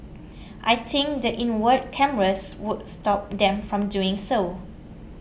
I think the inward cameras would stop them from doing so